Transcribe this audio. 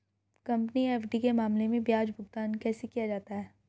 Company FD के मामले में ब्याज भुगतान कैसे किया जाता है?